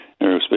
aerospace